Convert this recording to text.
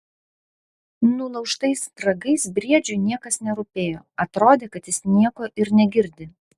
nulaužtais ragais briedžiui niekas nerūpėjo atrodė kad jis nieko ir negirdi